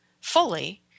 fully